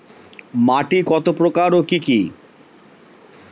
মাটি কত প্রকার ও কি কি?